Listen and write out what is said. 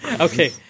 Okay